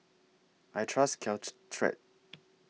I Trust